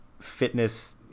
fitness